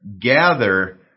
gather